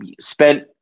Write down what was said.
spent